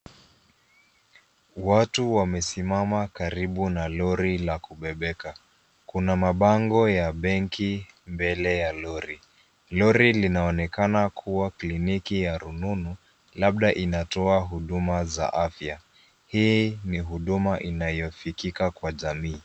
Watu wamesimama karibu na lori la kubebeka. Kuna mabango ya benki mbele ya lori. Lori linaonekana kuwa kliniki ya rununu labda inatoa huduma za afya. Hii ni huduma inayofikika kwa jamii.